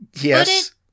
Yes